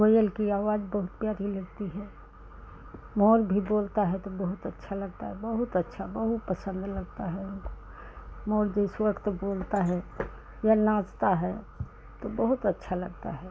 कोयल की आवाज़ बहुत प्यारी लगती है मोर भी बोलता है तो बहुत अच्छा लगता है बहुत अच्छा बहुत अच्छा में लगता है हमको मोर जैसे बोलता है या नाचता है तो बहुत अच्छा लगता है